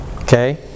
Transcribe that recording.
Okay